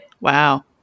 Wow